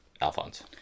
Alphonse